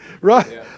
Right